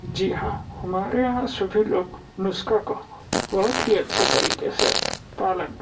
जी हाँ हमारे यहाँ सभी लोग नुस्खा का बहुत ही अच्छे तरीके से पालन